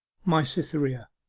my cytherea!